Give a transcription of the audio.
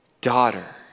Daughter